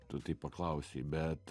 tu taip paklausei bet